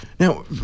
Now